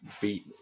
beat